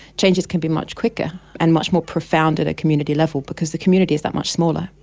changes can be much quicker and much more profound at a community level because the community is that much smaller.